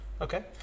Okay